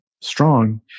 strong